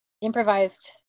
improvised